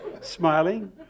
smiling